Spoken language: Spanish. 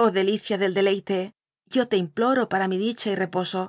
oh delicia del deleite yo te imploro para mi dicha y reposo